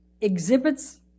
exhibits